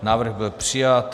Návrh byl přijat.